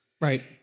Right